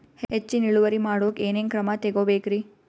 ಹೆಚ್ಚಿನ್ ಇಳುವರಿ ಮಾಡೋಕ್ ಏನ್ ಏನ್ ಕ್ರಮ ತೇಗೋಬೇಕ್ರಿ?